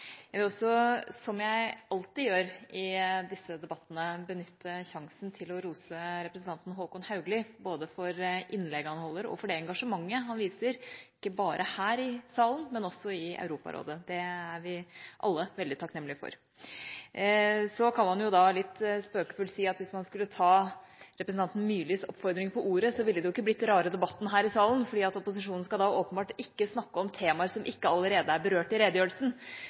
Jeg vil også, som jeg alltid gjør i disse debattene, benytte sjansen til å rose representanten Håkon Haugli, både for innlegget han holder, og for det engasjementet han viser – ikke bare her i salen, men også i Europarådet. Det er vi alle veldig takknemlige for. Så kan man litt spøkefullt si at hvis man skulle ta representanten Myrlis oppfordring på ordet, ville det jo ikke blitt rare debatten her i salen, for opposisjonen skal åpenbart ikke snakke om temaer som ikke allerede er berørt i redegjørelsen.